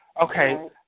Okay